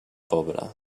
pobre